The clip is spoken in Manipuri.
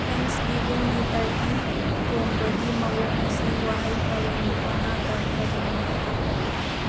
ꯊꯦꯡꯁ ꯒꯤꯕꯤꯡꯒꯤ ꯇꯔꯀꯤ ꯊꯣꯡꯕꯒꯤ ꯃꯑꯣꯡ ꯑꯁꯤ ꯋꯥꯍꯩ ꯄꯔꯦꯡ ꯃꯉꯥꯗꯪ ꯀꯔꯤꯅꯣ ꯇꯥꯛꯂꯛꯎ